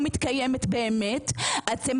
מתי באמת אני